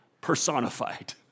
personified